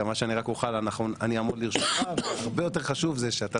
שכמה שרק אוכל אני אעמוד לרשותך והרבה יותר חשוב שאתה